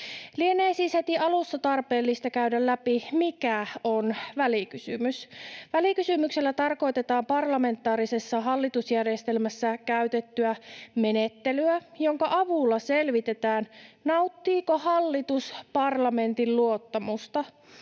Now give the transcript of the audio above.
Lienee siis heti alussa tarpeellista käydä läpi, mikä on välikysymys: Välikysymyksellä tarkoitetaan parlamentaarisessa hallitusjärjestelmässä käytettyä menettelyä, jonka avulla selvitetään, nauttiiko hallitus parlamentin luottamusta.